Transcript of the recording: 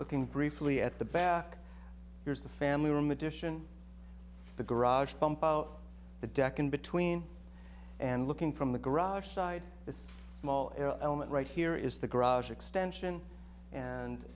looking briefly at the back here's the family room addition the garage pump out the deck in between and looking from the garage side it's small element right here is the garage extension and